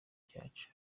cyacu